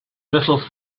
little